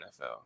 NFL